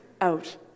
out